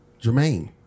Jermaine